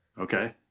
Okay